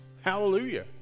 hallelujah